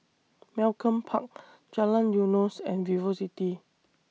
Malcolm Park Jalan Eunos and Vivocity